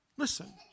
listen